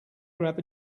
grab